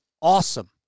awesome